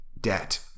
debt